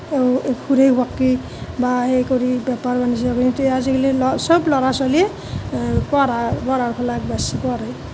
ঘূৰি পকি বা সেই কৰি বেপাৰ বাণিজ্য় কৰি কিন্তু আজিকালি ল সব ল'ৰা ছোৱালীয়ে পঢ়া পঢ়া শুনা বেছি কৰে